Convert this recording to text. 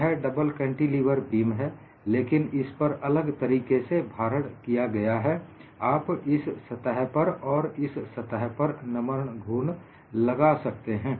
यह double cantilever beam है लेकिन इस पर अलग तरीके से भारण किया गया है आप इस सतह पर और इस सतह पर नमन घूर्ण लगा सकते हैं